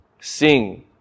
Sing